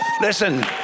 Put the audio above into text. Listen